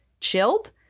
chilled